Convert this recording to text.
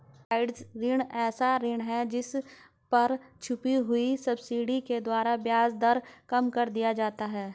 subsidised ऋण एक ऐसा ऋण है जिस पर छुपी हुई सब्सिडी के द्वारा ब्याज दर कम कर दिया जाता है